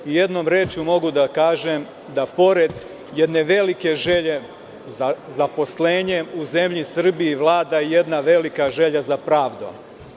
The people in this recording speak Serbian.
Jednom rečju, mogu da kažem da pored jedne velike želje za zaposlenjem, u zemlji Srbiji vlada jedna velika želja za pravdom.